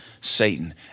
Satan